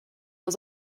was